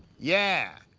yeah.